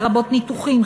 לרבות ניתוחים,